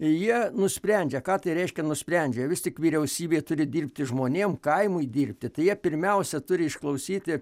jie nusprendžia ką tai reiškia nusprendžia vis tik vyriausybė turi dirbti žmonėm kaimui dirbti tai jie pirmiausia turi išklausyti